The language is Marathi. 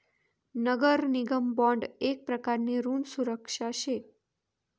नगर निगम बॉन्ड येक प्रकारनी ऋण सुरक्षा शे